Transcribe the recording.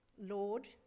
Lord